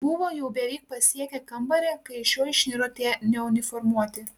buvo jau beveik pasiekę kambarį kai iš jo išniro tie neuniformuoti